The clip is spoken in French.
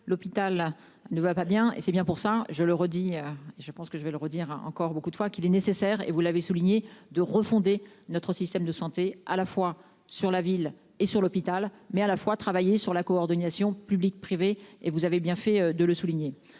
L'hôpital ne va pas bien et c'est bien pour ça, je le redis, je pense que je vais le redire a encore beaucoup de fois qu'il est nécessaire, et vous l'avez souligné, de refonder notre système de santé à la fois sur la ville et sur l'hôpital mais à la fois travailler sur la coordination public-privé. Et vous avez bien fait de le souligner.